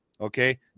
Okay